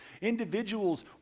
Individuals